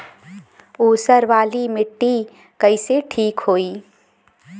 ऊसर वाली मिट्टी कईसे ठीक होई?